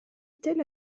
tel